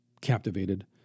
captivated